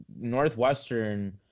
Northwestern